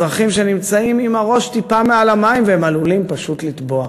אזרחים שנמצאים עם הראש טיפה מעל המים והם עלולים פשוט לטבוע,